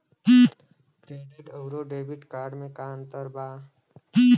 Credit अउरो debit card मे का अन्तर बा?